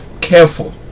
careful